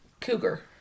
Cougar